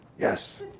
yes